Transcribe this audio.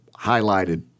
highlighted